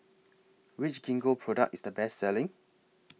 Which Gingko Product IS The Best Selling